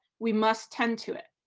we must tend to it.